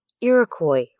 Iroquois